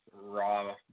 raw